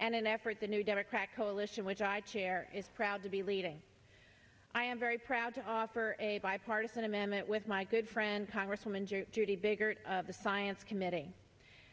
and an effort the new democratic coalition which i chair is proud to be leading i am very proud to offer a bipartisan amendment with my good friend judy biggert of the science committee